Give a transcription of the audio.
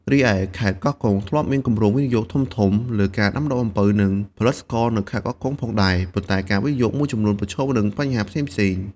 រីឯខេត្តកោះកុង ធ្លាប់មានគម្រោងវិនិយោគធំៗលើការដាំដុះអំពៅ និងផលិតស្ករនៅខេត្តកោះកុងផងដែរ ប៉ុន្តែការវិនិយោគមួយចំនួនប្រឈមនឹងបញ្ហាផ្សេងៗ។